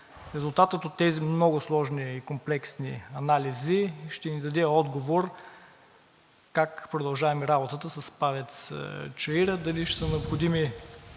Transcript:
Резултатът от тези много сложни и комплексни анализи ще ни даде отговор как продължаваме работата с ПАВЕЦ „Чаира“ – дали ще са необходими